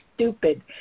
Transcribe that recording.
stupid